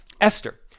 Esther